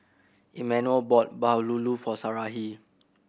Emanuel bought bahulu for Sarahi